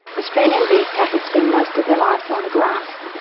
australian beef cattle spend most of their lives on grass,